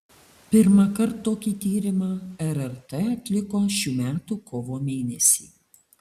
pirmąkart tokį tyrimą rrt atliko šių metų kovo mėnesį